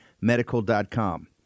medical.com